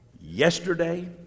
yesterday